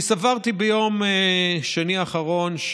אני סברתי ביום שני האחרון,